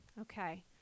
okay